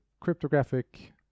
cryptographic